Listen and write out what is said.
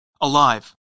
alive